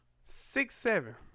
six-seven